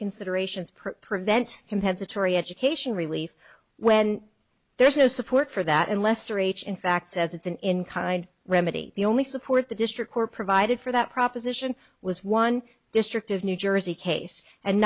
considerations prevent compensatory education relief when there is no support for that and less to reach in fact says it's an in kind remedy the only support the district court provided for that proposition was one district of new jersey case and